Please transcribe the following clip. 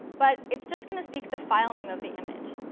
but it's just going to speak the file name of the image.